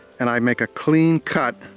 and i make a clean cut